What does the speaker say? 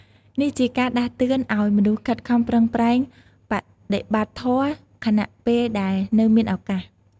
នេះជាការដាស់តឿនឱ្យមនុស្សខិតខំប្រឹងប្រែងបដិបត្តិធម៌ ខណៈពេលដែលនៅមានឱកាស។